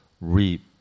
reap